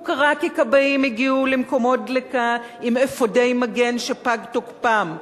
הוא קרה כי כבאים הגיעו למקומות דלקה עם אפודי מגן שפג תוקפם,